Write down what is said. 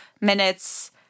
minutes